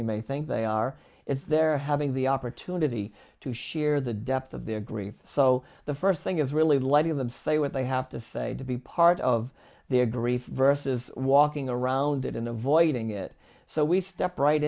we may think they are is they're having the opportunity to share the depth of their grief so the first thing is really letting them say what they have to say to be part of their grief versus walking around it and avoiding it so we step right